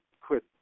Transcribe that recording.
quit